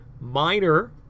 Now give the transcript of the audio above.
minor